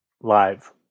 live